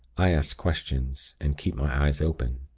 i ask questions, and keep my eyes open.